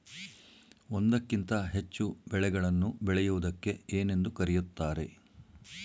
ಒಂದಕ್ಕಿಂತ ಹೆಚ್ಚು ಬೆಳೆಗಳನ್ನು ಬೆಳೆಯುವುದಕ್ಕೆ ಏನೆಂದು ಕರೆಯುತ್ತಾರೆ?